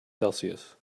celsius